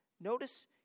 Notice